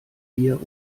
bier